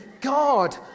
God